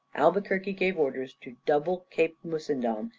albuquerque gave orders to double cape mussendom,